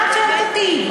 מה את שואלת אותי?